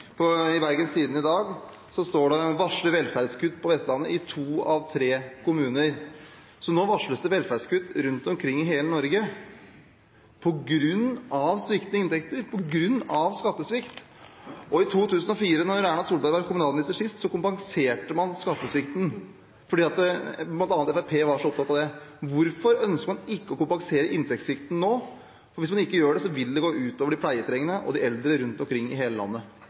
Bergens Tidende i dag står det: Varsler velferdskutt på Vestlandet i to av tre kommuner. Nå varsles det velferdskutt rundt omkring i hele Norge på grunn av sviktende inntekter, på grunn av skattesvikt. I 2004, da Erna Solberg var kommunalminister, kompenserte man skattesvikten, fordi bl.a. Fremskrittspartiet var så opptatt av det. Hvorfor ønsker man ikke å kompensere inntektssvikten nå? Hvis man ikke gjør det, vil det gå ut over de pleietrengende og de eldre rundt omkring i hele landet.